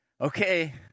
okay